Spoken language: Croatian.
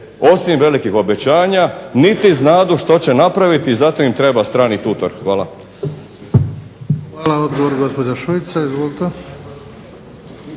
osim velikih obećanja, niti znadu što će napraviti i zato im treba strani tutor. Hvala. **Bebić, Luka (HDZ)** Hvala. Odgovor, gospođa Šuica. Izvolite.